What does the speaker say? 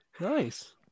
Nice